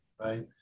Right